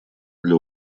для